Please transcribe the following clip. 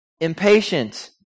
impatient